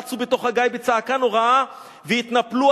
רצו בתוך הגיא בצעקה נוראה והתנפלו